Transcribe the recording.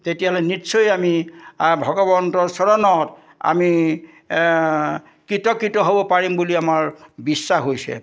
তেতিয়াহ'লে নিশ্চয় আমি ভগৱন্তৰ চৰণত আমি কৃত কৃত হ'ব পাৰিম বুলি আমাৰ বিশ্বাস হৈছে